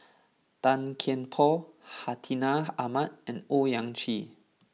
Tan Kian Por Hartinah Ahmad and Owyang Chi